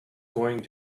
going